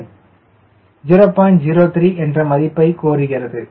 03 என்ற மதிப்பை கோருகிறது